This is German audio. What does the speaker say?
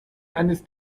eines